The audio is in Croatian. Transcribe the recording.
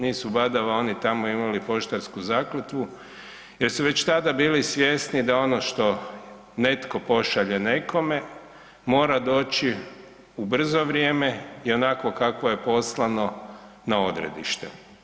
Nisu badava oni tamo imali poštarsku zakletvu jer su već tada bili svjesni da ono što netko pošalje nekome, mora doći u brzo vrijeme i onako kako je poslano na odredište.